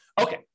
Okay